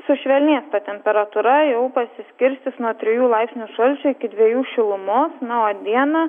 sušvelnės ta temperatūra jau pasiskirstys nuo trijų laipsnių šalčio iki dvejų šilumos na o dieną